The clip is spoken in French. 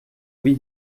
oui